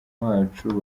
wacu